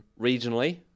regionally